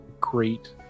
great